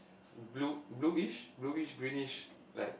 blue blueish blueish greenish like